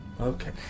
Okay